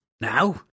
Now